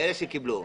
לאלה שקיבלו.